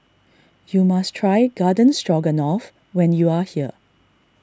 you must try Garden Stroganoff when you are here